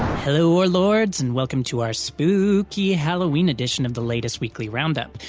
hello warlords and welcome to our spoooooooooky halloween edition of the latest weekly round-up,